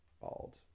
bald